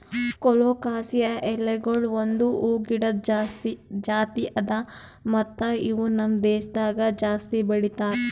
colocasia ಎಲಿಗೊಳ್ ಒಂದ್ ಹೂವು ಗಿಡದ್ ಜಾತಿ ಅದಾ ಮತ್ತ ಇವು ನಮ್ ದೇಶದಾಗ್ ಜಾಸ್ತಿ ಬೆಳೀತಾರ್